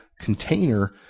container